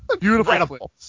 Beautiful